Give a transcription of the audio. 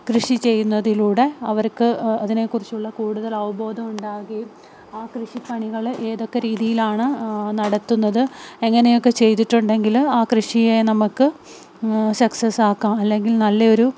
കൃഷി ചെയ്യുന്നതിലൂടെ അവർക്ക് അതിനെക്കുറിച്ചുള്ള കൂടുതൽ അവബോധമുണ്ടാക്കുക ആ കൃഷി പണികള് ഏതൊക്കെ രീതിയിലാണ് നടത്തുന്നത് എങ്ങനെയൊക്കെ ചെയ്തിട്ടുണ്ടെങ്കില് ആ കൃഷിയെ നമുക്ക് സക്സസ് ആക്കാം അല്ലെങ്കിൽ നല്ലയൊരു